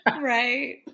Right